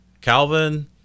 Calvin